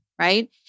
right